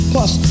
Plus